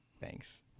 Thanks